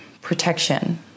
protection